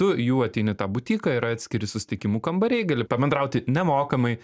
tu jau ateini į butiką yra atskiri susitikimų kambariai gali pabendrauti nemokamai